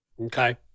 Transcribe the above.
Okay